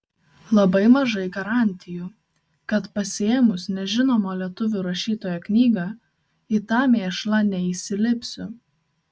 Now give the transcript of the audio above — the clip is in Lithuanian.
labai mažai garantijų kad pasiėmus nežinomo lietuvių rašytojo knygą į tą mėšlą neįsilipsiu